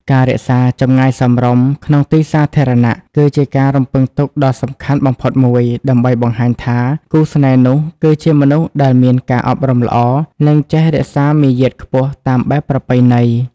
ការរក្សា "ចម្ងាយសមរម្យ" ក្នុងទីសាធារណៈ គឺជាការរំពឹងទុកដ៏សំខាន់បំផុតមួយ ដើម្បីបង្ហាញថាគូស្នេហ៍នោះគឺជាមនុស្សដែលមានការអប់រំល្អ និងចេះរក្សាមារយាទខ្ពស់តាមបែបប្រពៃណី។